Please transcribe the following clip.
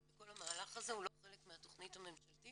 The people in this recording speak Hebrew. כל המהלך הזה הוא לא חלק מהתכנית הממשלתית